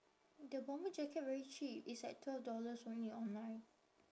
the bomber jacket very cheap it's like twelve dollars only online